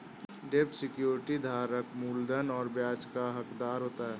डेब्ट सिक्योरिटी धारक मूलधन और ब्याज का हक़दार होता है